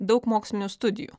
daug mokslinių studijų